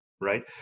right